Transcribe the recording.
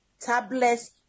tablets